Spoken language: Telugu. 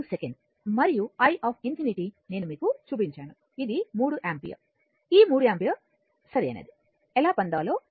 5 సెకను మరియు i∞ నేను మీకు చూపించాను ఇది 3 యాంపియర్ ఈ 3 యాంపియర్ సరైనది ఎలా పొందాలో